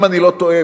אם אני לא טועה,